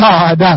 God